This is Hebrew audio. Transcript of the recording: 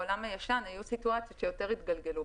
דווקא בעולם הישן היו סיטואציות שיותר התגלגלו.